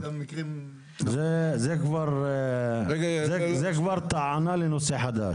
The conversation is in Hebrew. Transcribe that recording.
זאת כבר טענה לנושא חדש.